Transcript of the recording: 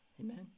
Amen